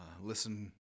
Listen